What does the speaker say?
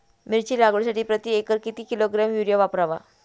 मिरची लागवडीसाठी प्रति एकर किती किलोग्रॅम युरिया वापरावा?